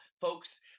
folks